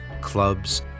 clubs